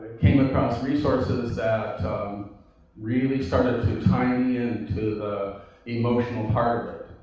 came across resources that really started to tie me in to the emotional part